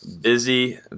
busy